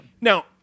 Now